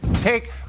take